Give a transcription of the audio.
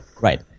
Right